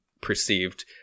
perceived